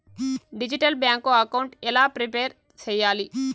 Digital bank account ఎలా prepare సెయ్యాలి?